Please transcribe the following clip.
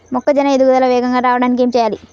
మొక్కజోన్న ఎదుగుదల వేగంగా రావడానికి ఏమి చెయ్యాలి?